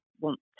want